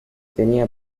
tenía